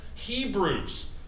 Hebrews